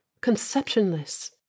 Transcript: conceptionless